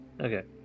Okay